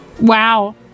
Wow